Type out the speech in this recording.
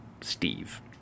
Steve